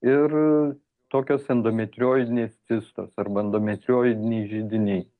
ir tokios endometriozinės cistos arba endometrioziniai židiniai